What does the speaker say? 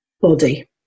body